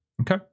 okay